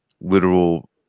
literal